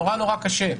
נורא קשה,